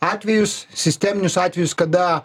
atvejus sisteminius atvejus kada